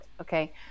okay